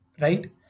right